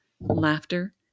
laughter